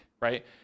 right